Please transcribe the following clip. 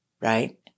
right